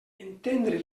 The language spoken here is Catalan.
entendre